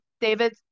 David